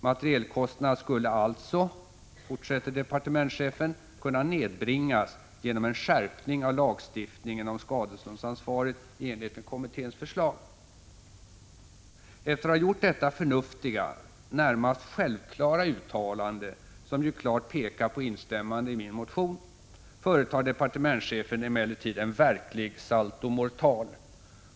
Materielkostnaderna skulle alltså, fortsätter departementschefen, kunna nedbringas genom en skärpning av lagstiftningen om skadeståndsansvaret i enlighet med kommitténs förslag. Efter att ha gjort detta förnuftiga, närmast självklara, uttalande — som ju klart pekar på instämmande i min motion — företar departementschefen emellertid en verklig saltomortal.